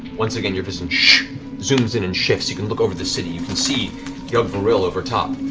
once again, your vision zooms in and shifts. you can look over the city. you can see yug'voril over top.